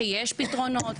שיש פתרונות,